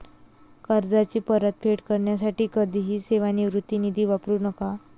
कर्जाची परतफेड करण्यासाठी कधीही सेवानिवृत्ती निधी वापरू नका